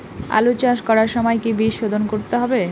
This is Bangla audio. আলু চাষ করার সময় কি বীজ শোধন করতে হবে?